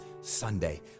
Sunday